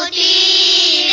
e